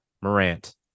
Morant